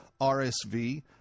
RSV